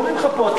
אומרים לך פה,